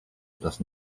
does